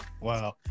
wow